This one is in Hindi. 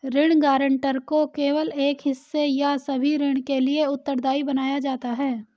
ऋण गारंटर को केवल एक हिस्से या सभी ऋण के लिए उत्तरदायी बनाया जाता है